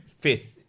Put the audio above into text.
Fifth